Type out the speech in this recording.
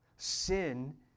Sin